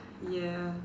ya